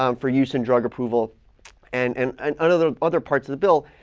um for use and drug approval and and and and other other parts of the bill.